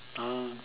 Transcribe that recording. ah